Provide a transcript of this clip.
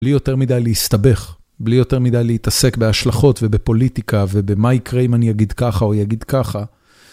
בלי יותר מידי להסתבך, בלי יותר מידי להתעסק בהשלכות ובפוליטיקה ובמה יקרה אם אני אגיד ככה או יגיד ככה.